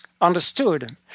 understood